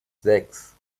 sechs